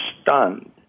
stunned